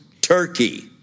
Turkey